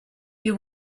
you